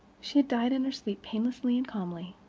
she had died in her sleep, painlessly and calmly,